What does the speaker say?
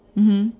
mmhmm